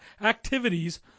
activities